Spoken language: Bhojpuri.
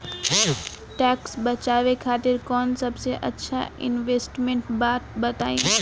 टैक्स बचावे खातिर कऊन सबसे अच्छा इन्वेस्टमेंट बा बताई?